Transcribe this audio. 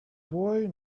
boy